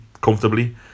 comfortably